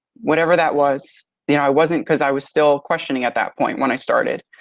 whatever that was. you know i wasn't because i was still questioning at that point when i started.